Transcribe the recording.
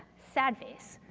sad face.